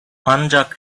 ancak